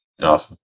awesome